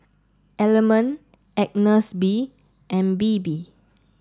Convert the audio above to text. element Agnes B and Bebe